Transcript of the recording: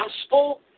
gospel